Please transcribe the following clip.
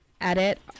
edit